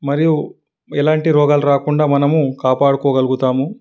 మరియు ఎలాంటి రోగాలు రాకుండా మనము కాపాడుకోగలుగుతాము